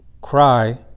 cry